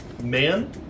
Man